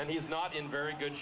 and he's not in very good